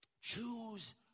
choose